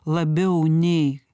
labiau nei